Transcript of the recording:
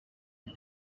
and